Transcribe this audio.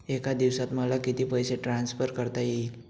एका दिवसात मला किती पैसे ट्रान्सफर करता येतील?